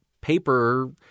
paper